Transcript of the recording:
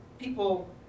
people